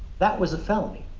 that was a felony.